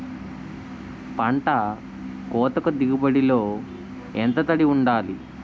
పంట కోతకు దిగుబడి లో ఎంత తడి వుండాలి?